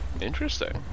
Interesting